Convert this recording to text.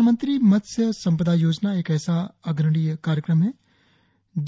प्रधानमंत्री मत्स्य संपदा योजना एक ऐसा अग्रणीय कार्यक्रम है